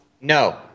No